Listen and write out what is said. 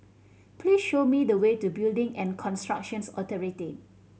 please show me the way to Building and Constructions Authority